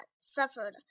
suffered